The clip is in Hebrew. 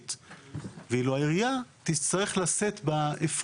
מבלי לשאול אותו?